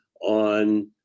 on